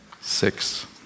six